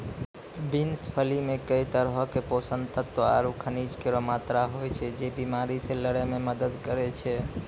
beans फली मे कई तरहो क पोषक तत्व आरु खनिज केरो मात्रा होय छै, जे बीमारी से लड़ै म मदद करै छै